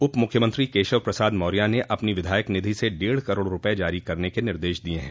उप मुख्यमंत्री केशव प्रसाद मौर्य ने अपनी विधायक निधि से डेढ़ करोड़ रूपये जारी करने के निर्देश दिये हैं